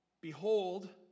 Behold